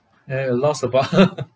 eh I lost about